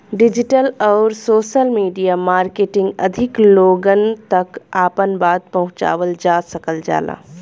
digital आउर social media marketing अधिक लोगन तक आपन बात पहुंचावल जा सकल जाला